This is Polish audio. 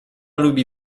lubi